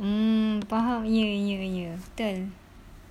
mm faham ye ye ye betul